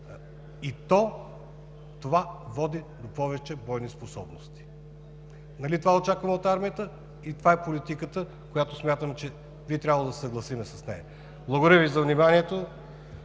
нас. Това води до повече бойни способности. Нали това очакваме от армията и това е политиката, с която смятам, че би трябвало да се съгласим. Благодаря Ви за вниманието.